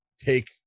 take